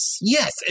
Yes